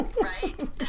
Right